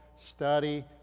study